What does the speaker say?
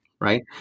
right